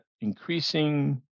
increasing